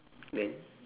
then